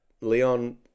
Leon